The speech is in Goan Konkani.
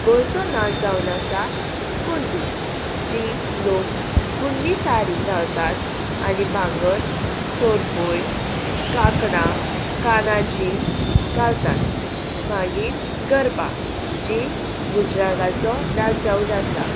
गोंयचो नाच जावन आसा कुणबी जी लोक कुणबी सारी घालतात आनी भांगर सोरपूय कांकणां कानाची घालतात मागीर गरबा जीं गुजराताचो नाच जावन आसा